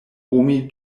oni